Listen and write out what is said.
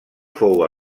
fou